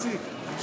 מס'